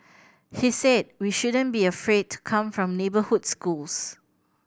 he said we shouldn't be afraid to come from neighbourhood schools